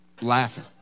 laughing